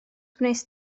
wnest